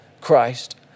Christ